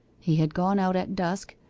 he had gone out at dusk,